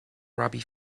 robbie